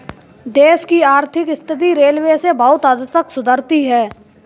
देश की आर्थिक स्थिति रेलवे से बहुत हद तक सुधरती है